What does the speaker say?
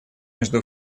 между